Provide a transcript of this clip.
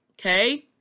Okay